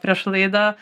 prieš laidą